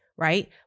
Right